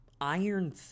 iron